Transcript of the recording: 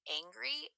angry